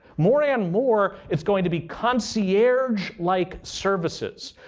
more and more it's going to be concierge like services,